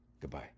Goodbye